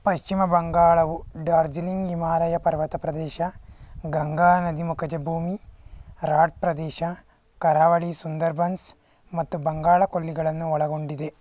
ಪಶ್ಚಿಮ ಬಂಗಾಳವು ಡಾರ್ಜಿಲಿಂಗ್ ಹಿಮಾಲಯ ಪರ್ವತ ಪ್ರದೇಶ ಗಂಗಾ ನದಿ ಮುಖಜ ಭೂಮಿ ರಾಡ್ ಪ್ರದೇಶ ಕರಾವಳಿ ಸುಂದರ್ಬನ್ಸ್ ಮತ್ತು ಬಂಗಾಳ ಕೊಲ್ಲಿಗಳನ್ನು ಒಳಗೊಂಡಿದೆ